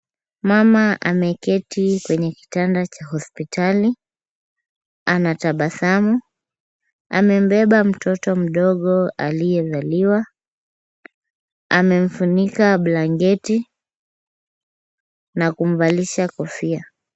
Mama ameketi kwenye kitanda cha hospitali anatabasamu. Amembeba mtoto mdogo aliyezaliwa. Amemfunika blanketi na kumvalisha kofia.